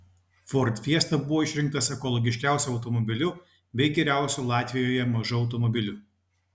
ford fiesta buvo išrinktas ekologiškiausiu automobiliu bei geriausiu latvijoje mažu automobiliu